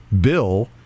bill